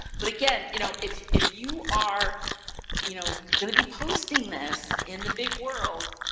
but, again, you know if if you are you know going to be posting this in the big world,